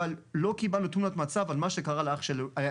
אבל לא קיבלנו תמונת מצב על מה שקרה לאח שלי.